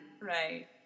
Right